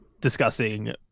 discussing